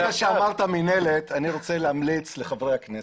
ברגע שאמרת "מינהלת" אני רוצה להמליץ לחברי הכנסת: